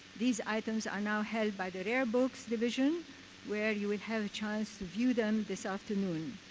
these items are now held by the rare books division where you will have a chance to view them this afternoon.